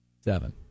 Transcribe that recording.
Seven